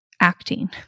acting